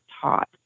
taught